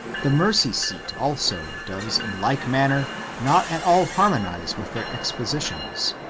the mercy seat also does in like manner not at all harmonize with their expositions.